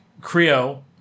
Creo